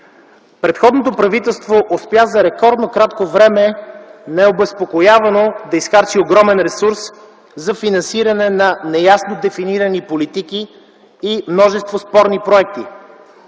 предходното правителство успя за рекордно кратко време необезпокоявано да изхарчи огромен ресурс за финансиране на неясно дефинирани политики и множество спорни проекти.